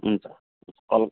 हुन्छ कल